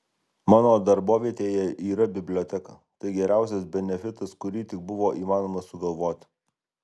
mano darbovietėje yra biblioteka tai geriausias benefitas kurį tik buvo įmanoma sugalvoti